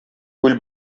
күл